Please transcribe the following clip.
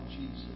Jesus